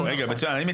אני מציע פה לכם,